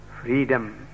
freedom